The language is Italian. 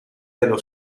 dello